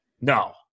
No